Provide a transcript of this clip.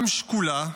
גם שקולה,